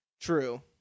True